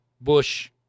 Bush